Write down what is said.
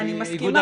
אני מסכימה.